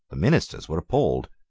the ministers were appalled.